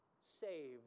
saved